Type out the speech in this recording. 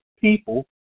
people